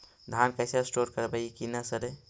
धान कैसे स्टोर करवई कि न सड़ै?